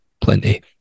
plenty